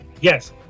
Yes